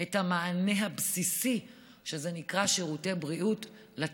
את המענה הבסיסי שנקרא שירותי בריאות לצפון?